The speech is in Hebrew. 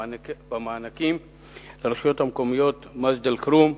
במענקים ברשויות המקומיות מג'ד-אל-כרום,